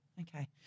Okay